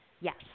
Yes